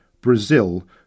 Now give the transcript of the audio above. Brazil